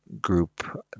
group